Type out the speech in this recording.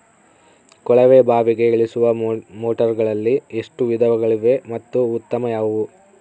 ಕೊಳವೆ ಬಾವಿಗೆ ಇಳಿಸುವ ಮೋಟಾರುಗಳಲ್ಲಿ ಎಷ್ಟು ವಿಧಗಳಿವೆ ಮತ್ತು ಉತ್ತಮ ಯಾವುದು?